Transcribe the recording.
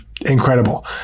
incredible